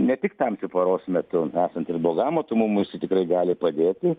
ne tik tamsiu paros metu esant ir blogam matomumui jisai tikrai gali padėti